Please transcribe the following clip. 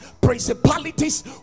principalities